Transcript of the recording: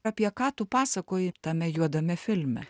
apie ką tu pasakoji tame juodame filme